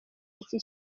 iki